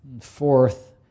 Fourth